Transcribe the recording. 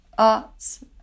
arts